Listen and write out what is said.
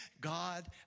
God